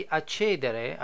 accedere